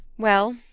well,